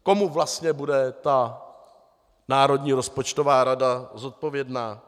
Komu vlastně bude Národní rozpočtová rada zodpovědná?